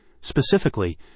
Specifically